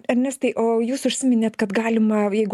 ernestai o jūs užsiminėt kad galima jeigu